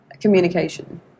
Communication